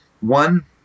one